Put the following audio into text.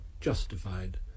justified